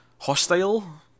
hostile